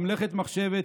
במלאכת מחשבת,